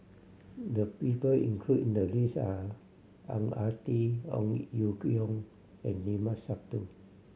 the people include in the list are Ang Ah Tee Ong Ye Kung and Limat Sabtu